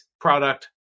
product